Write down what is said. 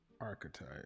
archetype